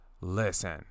Listen